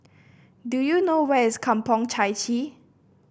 do you know where is Kampong Chai Chee